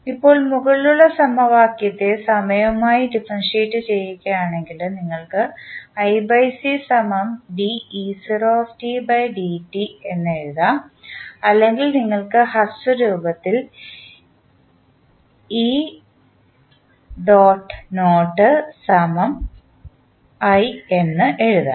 ഇപ്പോൾ മുകളിലുള്ള സമവാക്യത്തെ സമയവുമായി ഡിഫറെൻഷിയേറ്റ് ചെയ്യുകയാണെങ്കിൽ നിങ്ങൾക്ക് എന്ന് എഴുതാം അല്ലെങ്കിൽ നിങ്ങൾക്ക് ഹ്രസ്വ രൂപത്തിൽ എന്ന് എഴുതാം